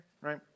right